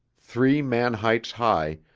three man-heights high,